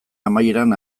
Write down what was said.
amaieran